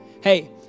hey